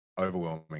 overwhelming